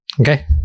okay